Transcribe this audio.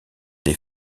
des